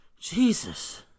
Jesus